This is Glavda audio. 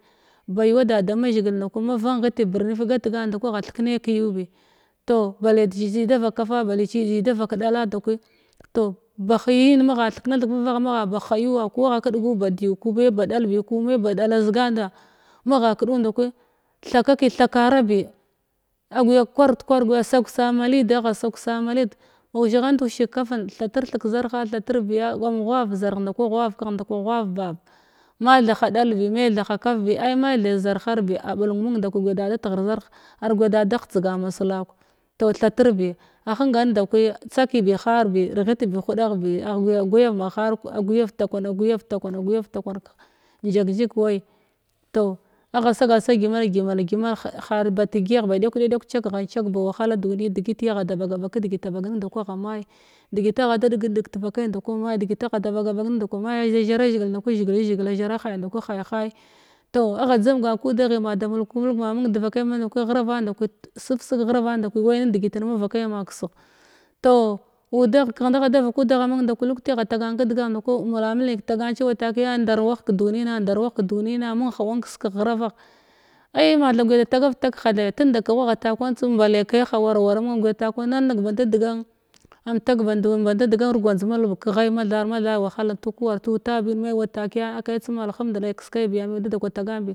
Ba yuwa da da mazhigil ndaku ma vanghitu birnef gat gan ndaku agha thkne kəryubai toh ɓale jici da vak kafa jici da vak dala ndakwi toh ba hiyin magha theknethig vavag ba hayuwa ku agha kəsgu bad yu ku me ba ɗalbi ku me ba ɗala a ziganda magha kədu ndakwi thakai tha ka’arabi aguya kwang dekwarg guya sagw sa ma lid agha sagar sa ma lid ushighant ushig kafen thatr theg kəzarha thatir biya am ghwar zarh nda kwa ghwar kegh ndkwa ghwar bab ma thaha dalbi ma thaha kafbi ai me thai zarhar ni ablum mung ndaku guya da da teghr zarh ar guya da da hetsgan maslakw toh thatr bi a hengan ndakwi tsaki bi harbi reghit ni hudagh bi agh guya gwayav ma har aguyav takwana aguyan takwana aguyav takwan njak njig wa’i toh agha sagal sa gyimal gyimal gyima he har bat gyiyagh ba ɗekw dekw cag ghan cag ba wahala dui degiti agha da ɓagan ndakwan ma’i degit agha da degit deg agha da ɓaga ɓagen ndakwa ma’i aza zhera zhigil ndakwi zhigil zhigil a zhara ha’i nda kwa ha’i ha’i toh agha dzan gan kudaghi ma da mulku mulg ma mung devakai mung ndaku ghravan ndaku sevseg ghavan ndakwi wai nidegit invaki ama kəsegh mung ndaku lutki agha tagan kadgagh ndaku nra mulgnim kətagan cewa takiya ndar wah kəduni na ndar wah kədunina mung wah kesegh kəghravagh ai matha guya da tagar tag ha theɓe tenda kagh wagha takwan tsum bale kai ha war wara mung am guya takwan nulneg bande degan am tag ban-du bande degar gwanjd malbeg kaghai mathar matha wahaln tuk war tu ta bin me wa takiya ah kau akhamndirki kaskai biya me da da kwa tagan bi